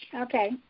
Okay